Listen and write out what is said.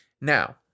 Now